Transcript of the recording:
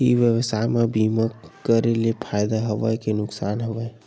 ई व्यवसाय म बीमा करे ले फ़ायदा हवय के नुकसान हवय?